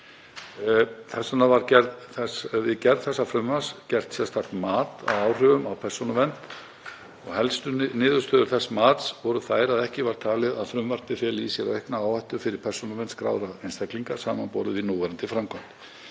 Þess vegna var við gerð þessa frumvarps gert sérstakt mat á áhrifum á persónuvernd. Helstu niðurstöður þess mats voru þær að ekki var talið að frumvarpið feli í sér aukna áhættu fyrir persónuvernd skráðra einstaklinga samanborið við núverandi framkvæmd.